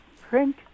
print